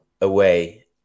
away